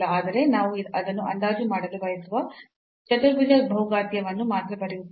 ಆದರೆ ನಾವು ಅದನ್ನು ಅಂದಾಜು ಮಾಡಲು ಬಯಸುವ ಚತುರ್ಭುಜ ಬಹುಘಾತೀಯವನ್ನು ಮಾತ್ರ ಬರೆಯುತ್ತೇವೆ